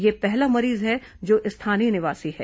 यह पहला मरीज है जो स्थानीय निवासी है